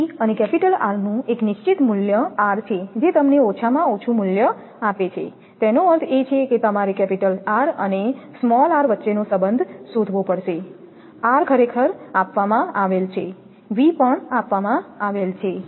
V અને capital R નું એક નિશ્ચિત મૂલ્ય r છે જે તમને ઓછામાં ઓછું મૂલ્ય આપે છે તેનો અર્થ એ છે કે તમારે કેપિટલ R અને સ્મોલ r વચ્ચેનો સંબંધ શોધવો પડશે R ખરેખર આપવામાં આવેલ છે V પણ આપવામાં આવેલ છે